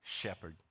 shepherd